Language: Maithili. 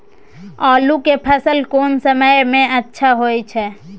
आलू के फसल कोन समय में अच्छा होय छै?